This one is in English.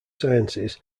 sciences